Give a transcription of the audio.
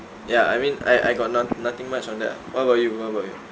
ya I mean I I got not~ nothing much on that ah what about you what about you